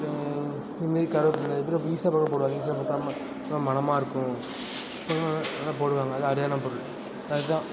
இது மாதிரி கருவப்பிலை இதில் போடுவாங்க மணமாக இருக்கும் அதெலாம் போடுவாங்க அது அரிதான பொருள் அதுதான்